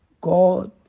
God